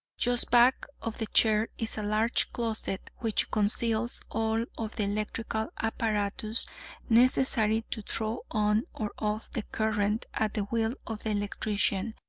just back of the chair is a large closet, which conceals all of the electrical apparatus necessary to throw on or off the current at the will of the electrician,